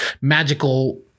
magical